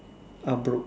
I'm broke